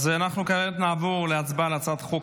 אז אנחנו כעת נעבור להצבעה על הצעת חוק